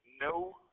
No